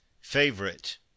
favorite